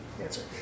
Answer